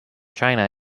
china